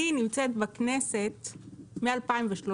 אני נמצאת בכנסת מ-2013,